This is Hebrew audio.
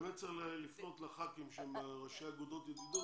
באמת צריך לפנות לחברי הכנסת שהם ראשי אגודות ידידות,